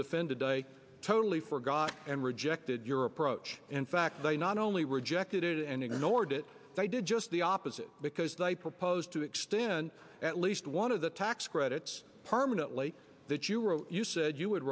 defend today totally forgot and rejected your approach in fact they not only rejected it and ignored it they did just the opposite because they proposed to extend at least one of the tax credits permanently that you or you said you would